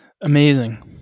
Amazing